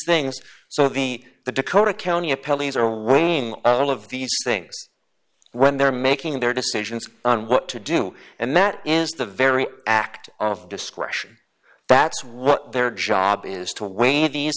things so the the dakota county a pelleas or a wayne all of these things when they're making their decisions on what to do and that is the very act of discretion that's what their job is to weigh the